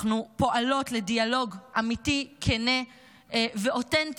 אנחנו פועלות לדיאלוג אמיתי כן ואותנטי,